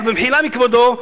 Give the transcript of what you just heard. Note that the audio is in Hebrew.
אבל במחילה מכבודו,